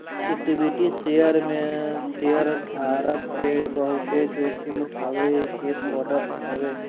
equity share में शेयरधारक के बहुते जोखिम उठावे के पड़त हवे